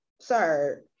sir